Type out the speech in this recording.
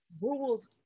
rules